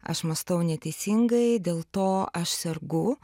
aš mąstau neteisingai dėl to aš sergu